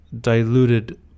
diluted